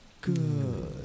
Good